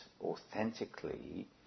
authentically